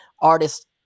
artists